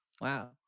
Wow